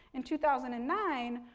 in two thousand and nine,